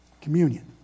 communion